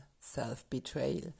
self-betrayal